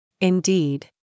Indeed